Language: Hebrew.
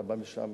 אתה משם,